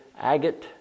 agate